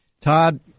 Todd